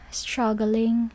struggling